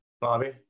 Bobby